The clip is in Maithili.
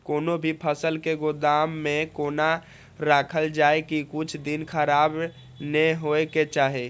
कोनो भी फसल के गोदाम में कोना राखल जाय की कुछ दिन खराब ने होय के चाही?